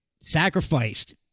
sacrificed